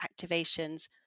activations